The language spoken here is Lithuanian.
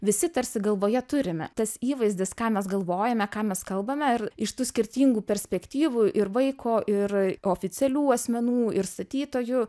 visi tarsi galvoje turime tas įvaizdis ką mes galvojame ką mes kalbame ir iš tų skirtingų perspektyvų ir vaiko ir oficialių asmenų ir statytojų